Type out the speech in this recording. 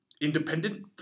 independent